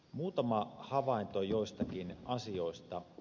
muutama havainto joistakin asioista